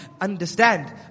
Understand